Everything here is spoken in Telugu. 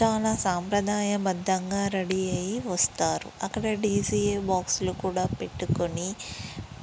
చాలా సాంప్రదాయబద్ధంగా రెడీ అయ్యి వస్తారు అక్కడ డీజే బాక్సులు కూడా పెట్టుకొని